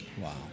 wow